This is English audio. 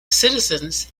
citizens